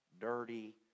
dirty